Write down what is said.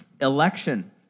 election